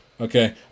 Okay